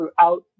throughout